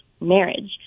marriage